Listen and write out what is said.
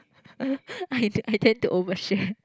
I t~ I tend to over share